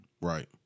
right